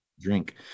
drink